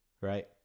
right